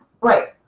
Right